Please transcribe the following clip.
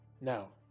Now